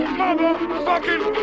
motherfucking